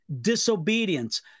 Disobedience